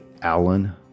Allen